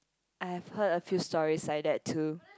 I have heard a few stories like that too